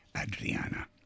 Adriana